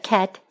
Cat